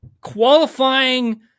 qualifying